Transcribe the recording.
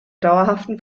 dauerhaften